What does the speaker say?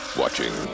watching